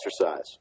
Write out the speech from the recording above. exercise